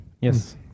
Yes